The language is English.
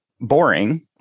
boring